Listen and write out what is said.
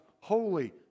holy